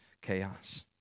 chaos